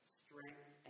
strength